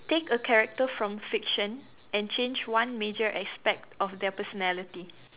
take a character from fiction and change one major aspect of their personality